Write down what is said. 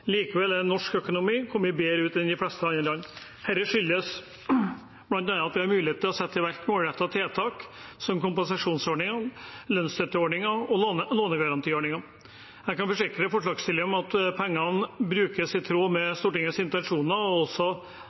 likevel har norsk økonomi kommet bedre ut enn de fleste andre land. Dette skyldes bl.a. at vi har hatt mulighet til å sette i verk målrettede tiltak, som kompensasjonsordningen, lønnsstøtteordningen og lånegarantiordningen. Jeg kan forsikre forslagsstilleren om at pengene brukes i tråd med Stortingets intensjoner,